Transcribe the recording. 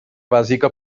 bàsica